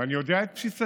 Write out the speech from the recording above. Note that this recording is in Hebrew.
אני יודע את בסיס הדיונים,